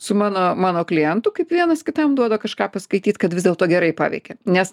su mano mano klientų kaip vienas kitam duoda kažką paskaityt kad vis dėlto gerai paveikia nes